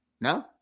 No